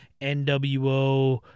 NWO